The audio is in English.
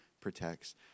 protects